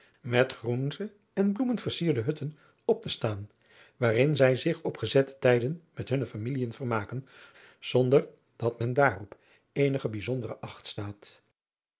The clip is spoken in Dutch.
met groente en bloemen versierde hutten op te staan waarin zij zich op gezette tijden met hunne familien vermaken zonder dat men zelfs daarop eenige bijzondere acht staat